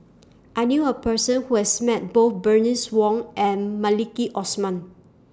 I knew A Person Who has Met Both Bernice Wong and Maliki Osman